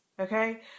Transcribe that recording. Okay